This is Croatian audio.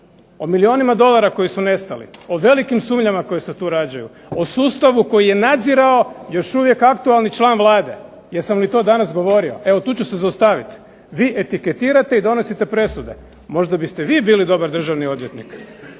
o milijonima dolara koji su nestali, o velikim sumnjama koje se tu rađaju, o sustavu koji je nadzirao još uvijek aktualni član Vlade. Jesam li to danas govorio? Evo tu ću se zaustaviti. Vi etiketirate i donosite presude. Možda biste vi bili dobar državni odvjetnik,